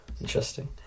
interesting